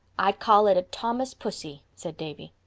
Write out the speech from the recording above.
i'd call it a thomas pussy, said davy.